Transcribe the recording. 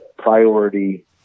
priority